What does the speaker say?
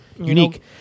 Unique